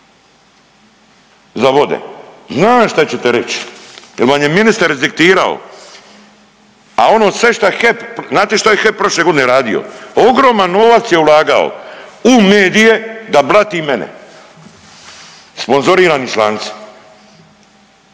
za vode. Znam šta ćete reć jer vam je ministar izdiktirao, a ono sve što HEP znate šta je HEP prošle godine radio? Ogroman novac je ulagao u medije da blati mene, sponzorirani članci.